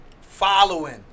Following